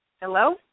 Hello